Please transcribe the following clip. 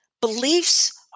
beliefs